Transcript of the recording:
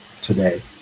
today